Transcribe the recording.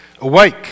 Awake